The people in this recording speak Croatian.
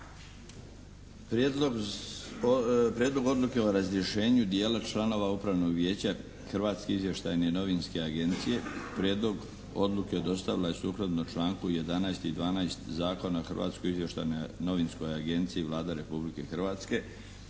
Prijedlog odluke o razrješenju dijela članova Upravnog vijeća Hrvatske izvještajne novinske agencije. Prijedlog Odluke dostavila je sukladno članku 11. i 12. Zakona o Hrvatskoj izvještajnoj novinskoj agenciji Vlada Republike Hrvatske.